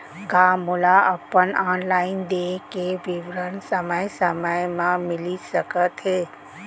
का मोला अपन ऑनलाइन देय के विवरण समय समय म मिलिस सकत हे?